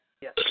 Yes